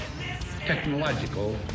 technological